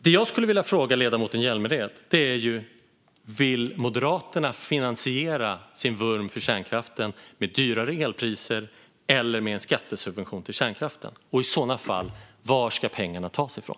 Det jag skulle vilja fråga ledamoten Hjälmered är: Vill Moderaterna finansiera sin vurm för kärnkraften med dyrare elpriser eller med en skattesubvention till kärnkraften? I sådana fall: Var ska pengarna tas ifrån?